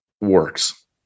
works